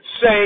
say